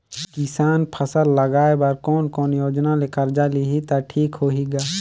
किसान फसल लगाय बर कोने कोने योजना ले कर्जा लिही त ठीक होही ग?